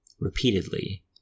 repeatedly